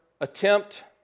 attempt